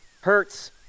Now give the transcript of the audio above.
Hurts